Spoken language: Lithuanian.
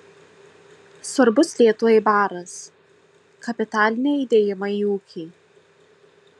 svarbus lietuvai baras kapitaliniai įdėjimai į ūkį